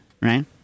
Right